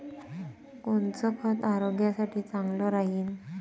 कोनचं खत आरोग्यासाठी चांगलं राहीन?